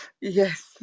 yes